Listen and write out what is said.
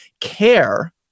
care